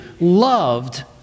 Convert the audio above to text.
loved